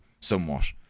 somewhat